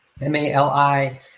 M-A-L-I